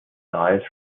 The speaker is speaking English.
dies